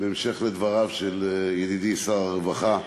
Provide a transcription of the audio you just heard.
בהמשך לדבריו של ידידי שר הרווחה.